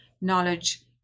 knowledge